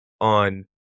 on